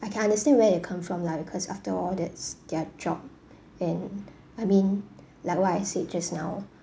I can understand where you come from lah because after all that's their job and I mean like what I said just now